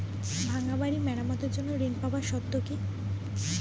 ভাঙ্গা বাড়ি মেরামতের জন্য ঋণ পাওয়ার শর্ত কি?